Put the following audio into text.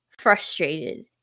frustrated